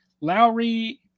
Lowry